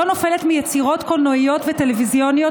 לא נופלת מיצירות קולנועיות וטלוויזיוניות